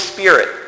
Spirit